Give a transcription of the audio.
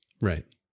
Right